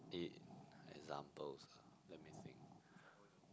it examples ah let me think